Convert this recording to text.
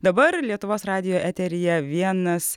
dabar lietuvos radijo eteryje vienas